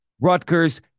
Rutgers